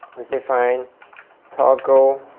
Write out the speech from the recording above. define toggle